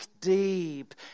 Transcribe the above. deep